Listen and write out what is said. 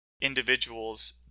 individuals